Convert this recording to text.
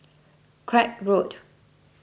Craig Road